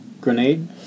grenade